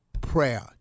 Prayer